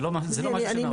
זה לא, זה לא משהו של האוצר.